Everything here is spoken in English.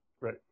Right